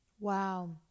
Wow